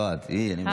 לא את, היא, אני אומר.